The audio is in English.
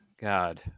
god